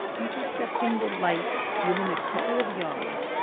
intercepting the light within a couple of yards,